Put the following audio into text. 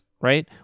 right